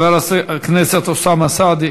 חבר הכנסת אוסאמה סעדי,